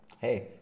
Hey